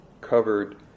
covered